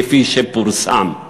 כפי שפורסם,